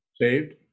Saved